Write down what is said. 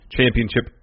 Championship